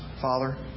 Father